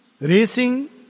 racing